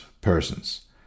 persons